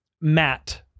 Matt